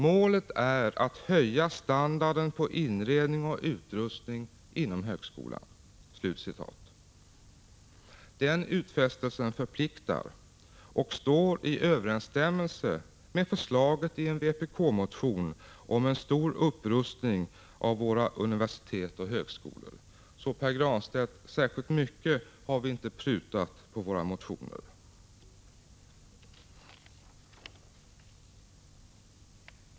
Målet är att höja standarden på inredning och utrustning inom högskolan.” Den utfästelsen förpliktar och står i överensstämmelse med förslaget i en vpk-motion om en stor upprustning av våra universitet och högskolor. Särskilt mycket har vi alltså inte prutat på våra motioner, Pär Granstedt.